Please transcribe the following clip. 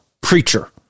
preacher